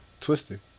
Twisted